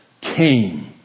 came